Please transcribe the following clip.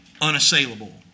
unassailable